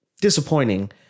disappointing